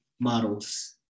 models